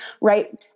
right